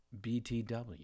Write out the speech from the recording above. BTW